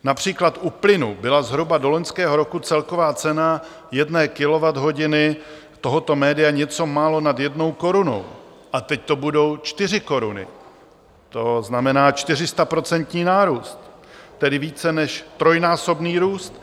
Například u plynu byla zhruba do loňského roku celková cena jedné kilowatthodiny tohoto média něco málo nad 1 korunou, a teď to budou 4 koruny, to znamená 400% nárůst, tedy více než trojnásobný růst.